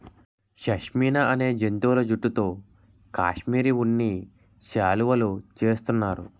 షష్మినా అనే జంతువుల జుట్టుతో కాశ్మిరీ ఉన్ని శాలువులు చేస్తున్నారు